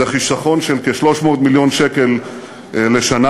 זה חיסכון של כ-300 מיליון שקל לשנה.